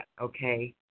okay